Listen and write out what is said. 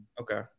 Okay